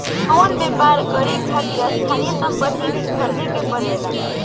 कवनो व्यापर करे खातिर स्थायी सम्पति भी ख़रीदे के पड़ेला